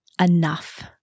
enough